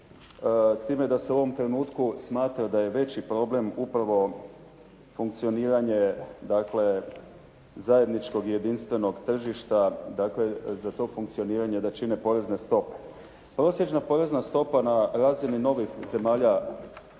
s time da se u ovom trenutku smatra da je veći problem upravo funkcioniranje dakle zajedničkog i jedinstvenog tržišta, dakle za to funkcioniranje da čine porezne stope. Prosječna porezna stopa na razini novih zemalja